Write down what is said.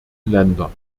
länder